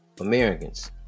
Americans